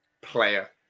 player